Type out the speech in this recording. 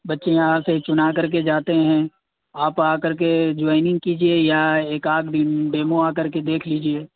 بچے یہاں سے چنا کر کے جاتے ہیں آپ آ کر کے جوائنگ کیجیے یا ایک آھ دن ڈیمو آ کر کے دیکھ لیجیے